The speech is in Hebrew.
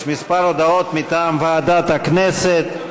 יש כמה הודעות מטעם ועדת הכנסת.